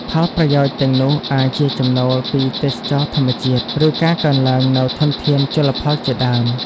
ផលប្រយោជន៍ទាំងនោះអាចជាចំណូលពីទេសចរណ៍ធម្មជាតិ ឬការកើនឡើងនូវធនធានជលផលជាដើម។